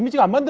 you um and